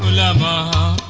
la la